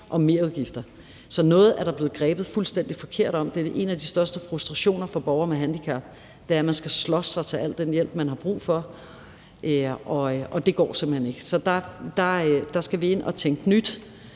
om merudgifter. Så noget er der blevet grebet fuldstændig forkert om. Det er en af de største frustrationer for borgere med handicap, at man skal slås sig til al den hjælp, man har brug for, og det går simpelt hen ikke. Så vi skal ind at tænke nyt,